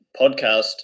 podcast